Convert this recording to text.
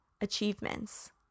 achievements